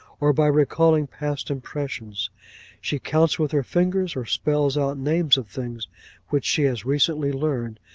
or by recalling past impressions she counts with her fingers, or spells out names of things which she has recently learned,